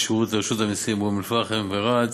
שירות של רשות המסים באום אלפחם וברהט.